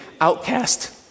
outcast